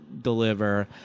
deliver